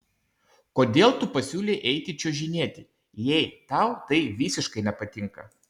kodėl tu pasiūlei eiti čiuožinėti jei tau tai visiškai nepatinka